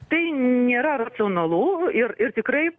tai nėra racionalu ir ir tikrai